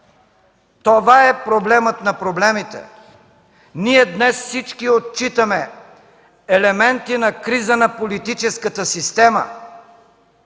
Това е проблемът на проблемите. Ние днес всички отчитаме елементи на криза на политическата система,